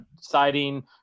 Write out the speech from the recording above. citing